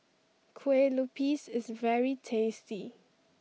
Kueh Lupis is very tasty